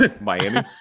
Miami